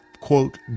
quote